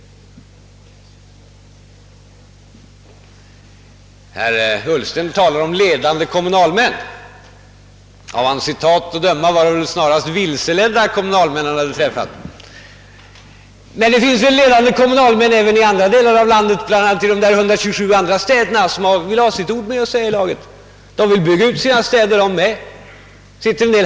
Herr Ullsten talade om ledande kommunalmän. Av hans citat att döma var det väl snarare vilseledda kommunalmän han hade träffat. Men det finns väl ledande kommunalmän även i andra delar av landet — t.ex. de 127 andra väghållarna — som också vill ha ett ord med i laget. även de vill bygga ut sina städer och samhällen.